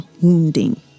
wounding